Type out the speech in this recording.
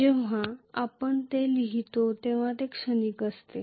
जेव्हा आपण ते लिहिता तेव्हा ते क्षणिक असते